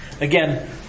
Again